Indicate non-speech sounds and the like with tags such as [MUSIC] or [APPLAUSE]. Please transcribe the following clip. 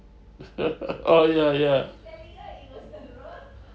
[LAUGHS] oh ya ya